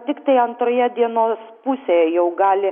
tiktai antroje dienos pusėje jau gali